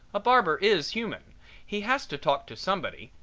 a barber is human he has to talk to somebody,